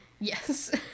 Yes